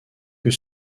que